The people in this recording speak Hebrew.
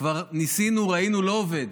כבר ניסינו, ראינו, לא עובד.